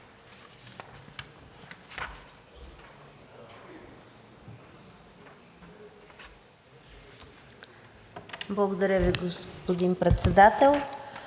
Благодаря Ви, господин Председател.